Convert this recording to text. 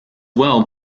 well